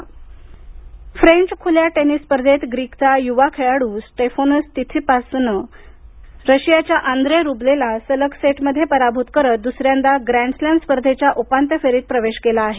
French खल्या tennis स्पर्धा French खुल्या टेनिस स्पर्धेत ग्रीकचा युवा खेळाडू स्टेफोनोस तीत्सिपासनं रशियाच्या आंद्रे रुब्लेला सलग सेटमध्ये पराभूत करत दुसऱ्यांदा ग्रँड स्लम स्पर्धेच्या उपांत्य फेरीत प्रवेश केला आहे